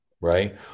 Right